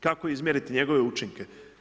Kako izmjeriti njegove učinke?